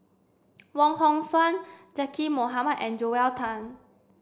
Wong Hong Suen Zaqy Mohamad and Joel Tan